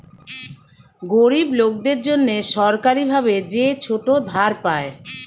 গরিব লোকদের জন্যে সরকারি ভাবে যে ছোট ধার পায়